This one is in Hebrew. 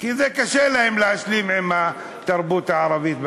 כי קשה להם להשלים עם התרבות הערבית במדינה.